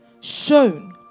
shown